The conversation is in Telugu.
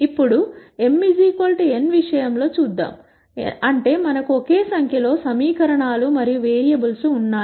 ఇప్పుడు m n విషయం లో చూద్దాం అంటే మనకు ఒకే సంఖ్యలో సమీకరణాలు మరియు వేరియబుల్స్ ఉన్నాయి